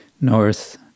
North